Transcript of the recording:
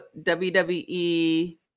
WWE